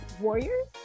Warriors